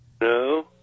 No